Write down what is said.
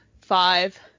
five